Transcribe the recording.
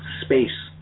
space